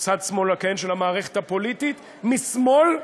צד שמאל של המערכת הפוליטית, משמאל,